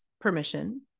permission